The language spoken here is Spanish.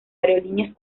aerolíneas